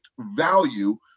value